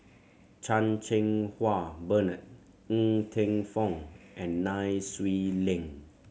Chan Cheng Wah Bernard Ng Teng Fong and Nai Swee Leng